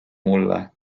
mulle